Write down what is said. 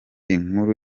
inkuru